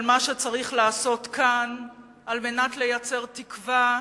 מה שצריך לעשות כאן על מנת לייצר תקווה